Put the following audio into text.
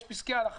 יש פסקי הלכה,